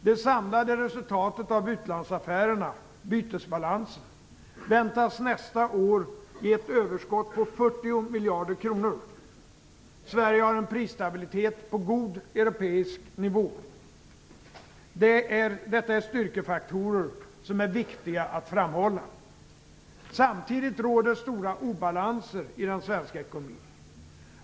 Det samlade resultatet av utlandsaffärerna, bytesbalansen, väntas nästa år ge ett överskott på 40 miljarder kronor. Sverige har en prisstabilitet på god europeisk nivå. Detta är styrkefaktorer som är viktiga att framhålla. Samtidigt råder stora obalanser i den svenska ekonomin.